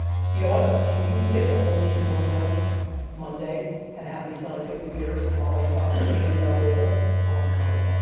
you know what? can you get the whole team organized monday and have me sign fifty pairs while i talk to andy about business? i wanna time it.